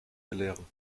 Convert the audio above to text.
belehren